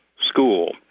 School